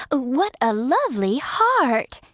what a lovely heart.